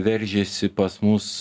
veržiasi pas mus